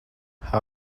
how